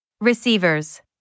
Receivers